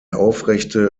aufrechte